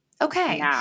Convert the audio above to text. Okay